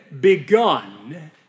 begun